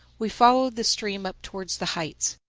we followed the stream up towards the heights.